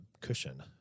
cushion